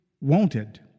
wanted